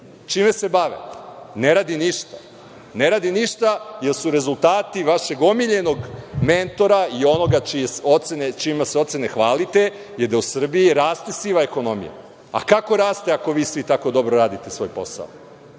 čime se bave? Ne radi ništa, jer su rezultati vašeg omiljenog mentora i onoga čijim se ocenama hvalite je da u Srbiji raste siva ekonomija. Kako raste ako vi svi tako dobro radite svoj posao?